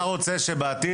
אתה רוצה שבעתיד,